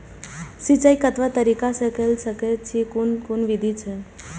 सिंचाई कतवा तरीका स के कैल सकैत छी कून कून विधि अछि?